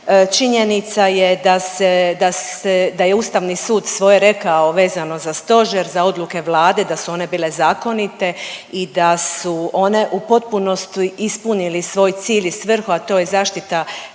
Činjenica je da je Ustavni sud svoje rekao vezano za stožer, za odluke Vlade da su one bile zakonite i da su one u potpunosti ispunili svoj cilj i svrhu, a to je zaštita